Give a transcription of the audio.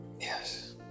Yes